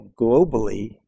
globally